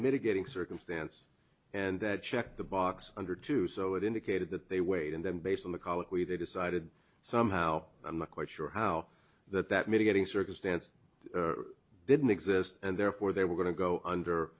mitigating circumstance and that checked the box under two so it indicated that they weighed and then based on the colloquy they decided somehow i'm not quite sure how that that mitigating circumstance didn't exist and therefore they were going to go under